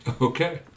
Okay